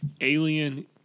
alien